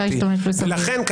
לכן,